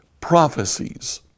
prophecies